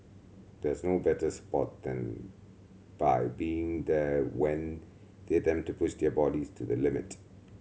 there's no better support than by being there when they attempt to push their bodies to the limit